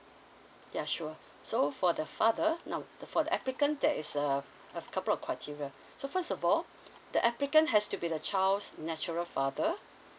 ya sure so for the father now the for the applicant there is a a couple of criteria so first of all the applicant has to be the child's natural father